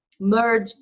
merge